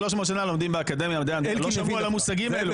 300 שנים לומדים באקדמיה ולא שמעו על המושגים האלה.